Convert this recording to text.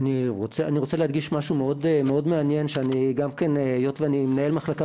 אני רוצה להדגיש משהו מאוד מעניין היות ואני מנהל מחלקה